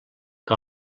que